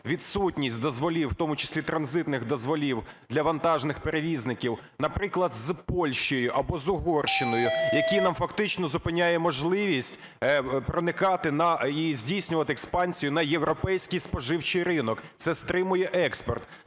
відсутність дозволів, в тому числі транзитних дозволів, для вантажних перевізників, наприклад, з Польщею або з Угорщиною, яка нам фактично зупиняє можливість проникати і здійснювати експансію на європейський споживчий ринок. Це стримує експорт.